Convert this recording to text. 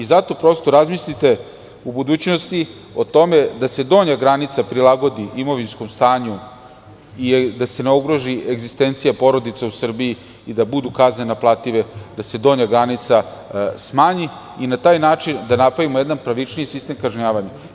Zato, prosto razmislite u budućnosti o tome da se donja granica prilagodi imovinskom stanju i da se ne ugrozi egzistencija porodice u Srbiji i da budu kazne naplative da se donja granica smanji i na taj način da napravimo jedan pravični sistem kažnjavanja.